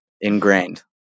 Ingrained